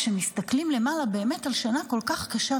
כשמסתכלים למעלה באמת על שנה כל כך קשה,